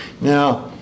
Now